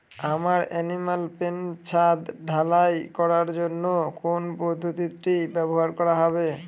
আমার animal pen ছাদ ঢালাই করার জন্য কোন পদ্ধতিটি ব্যবহার করা হবে?